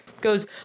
goes